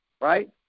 right